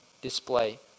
display